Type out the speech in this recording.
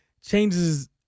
changes